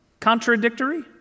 Contradictory